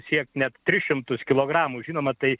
siekt net tris šimtus kilogramų žinoma tai